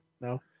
No